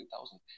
2000